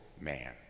man